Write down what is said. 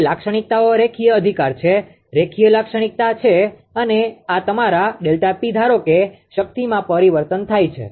હવે લાક્ષણિકતાઓ રેખીય અધિકાર છે રેખીય લાક્ષણિકતા છે અને આ તમારા ΔP ધારો કે શક્તિમાં પરિવર્તન થાય છે